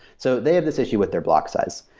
so they have this issue with their block size.